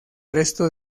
resto